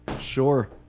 Sure